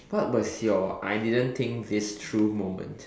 what was your I didn't think this through moment